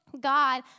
God